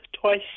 Twice